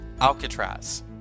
Alcatraz